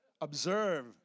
Observe